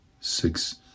six